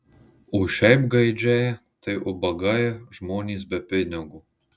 o šiaip gaidžiai tai ubagai žmonės be pinigo